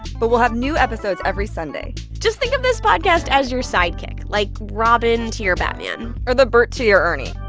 but we'll have new episodes every sunday just think of this podcast as your sidekick, like robin to your batman or the bert to your ernie.